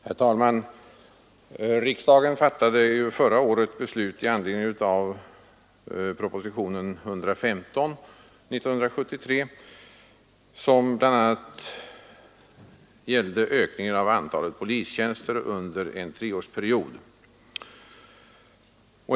Herr talman! Riksdagen fattade förra året beslut i anledning av propositionen 115, som bl.a. gällde en ökning av antalet polistjänster under en treårsperiod.